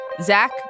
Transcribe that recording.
Zach